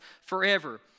forever